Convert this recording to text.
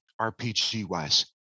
RPG-wise